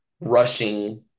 rushing